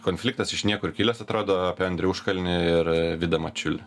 konfliktas iš niekur kilęs atrodo apie andrių užkalnį ir vidą mačiulį